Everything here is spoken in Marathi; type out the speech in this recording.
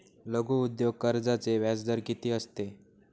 लघु उद्योग कर्जाचे व्याजदर किती असते?